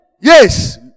yes